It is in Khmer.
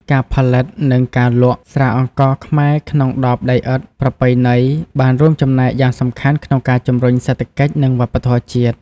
ការផលិត និងការលក់ ស្រាអង្ករខ្មែរក្នុងដបដីឥដ្ឋប្រពៃណី បានរួមចំណែកយ៉ាងសំខាន់ក្នុងការជំរុញសេដ្ឋកិច្ច និងវប្បធម៌ជាតិ។